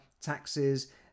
taxes